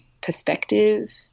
perspective